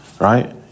right